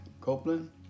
Copeland